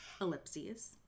ellipses